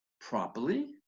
properly